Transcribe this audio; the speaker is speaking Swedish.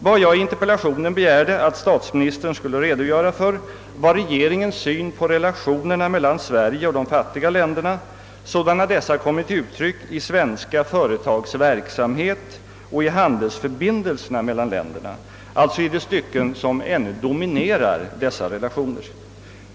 Vad jag i interpellationen begärde att statsministern skulle redogöra för är regeringens syn på relationerna mellan Sverige och de fattiga länderna sådana dessa kommit till uttryck i svenska företags verksamhet och i handelsförbindelserna mellan länderna — alltså i de stycken som dominerar dessa relationer.